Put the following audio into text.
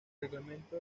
reglamento